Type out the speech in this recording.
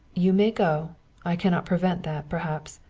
you may go i cannot prevent that perhaps.